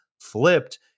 flipped